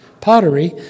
pottery